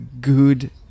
good